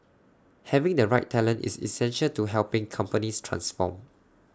having the right talent is essential to helping companies transform